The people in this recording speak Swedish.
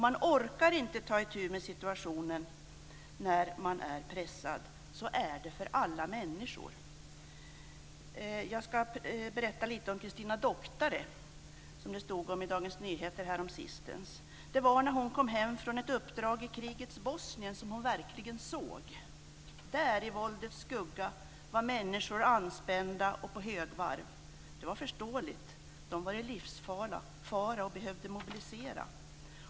Man orkar inte ta itu med situationen när man är pressad. Så är det för alla människor. Jag ska berätta lite om Christina Doctare, som det stod om i Dagens Nyheter häromsistens. Det var när hon kom hem från ett uppdrag i krigets Bosnien som hon verkligen såg. Där i våldets skugga var människor anspända och på högvarv. Det var förståeligt. De var i livsfara och behövde mobilisera.